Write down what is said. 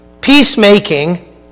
peacemaking